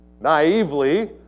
naively